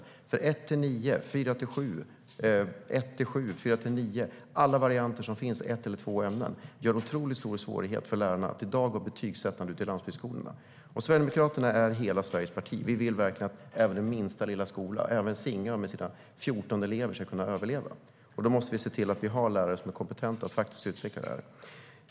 Årskurs 1-9, 4-7, 1-7 eller 4-9, det vill säga alla varianter som finns i ett eller två ämnen, gör det nämligen otroligt svårt för lärarna att betygssätta ute i landsbygdsskolorna i dag. Sverigedemokraterna är hela Sveriges parti; vi vill verkligen att minsta lilla skola - även Singö skola med sina 14 elever - ska kunna överleva. Då måste vi se till att vi har lärare som är kompetenta att utveckla detta.